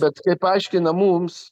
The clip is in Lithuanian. bet kaip aiškina mums